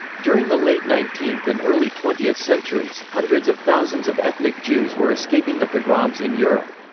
during the late nineteenth and early twentieth centuries, hundreds of thousands of ethnic jews were escaping the pogroms in europe.